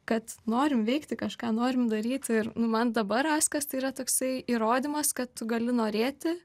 kad norim veikti kažką norim daryti ir nu man dabar askas yra toksai įrodymas kad tu gali norėti